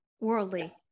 worldly